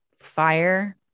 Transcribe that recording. fire